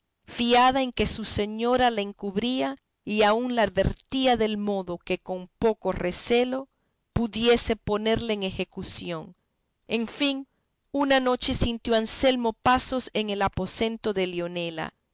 fiada en que su señora la encubría y aun la advertía del modo que con poco recelo pudiese ponerle en ejecución en fin una noche sintió anselmo pasos en el aposento de leonela